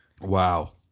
Wow